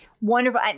Wonderful